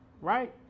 right